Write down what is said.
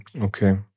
Okay